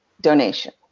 donation